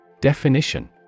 Definition